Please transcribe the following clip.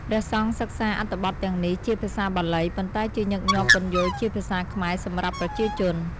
ព្រះសង្ឃសិក្សាអត្ថបទទាំងនេះជាភាសាបាលី ប៉ុន្តែជាញឹកញាប់ពន្យល់ជាភាសាខ្មែរសម្រាប់ប្រជាជន។